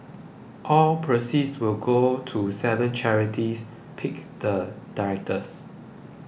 all proceeds will go to seven charities picked the directors